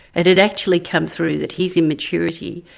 it had actually come through that his immaturity,